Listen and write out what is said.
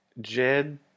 Jed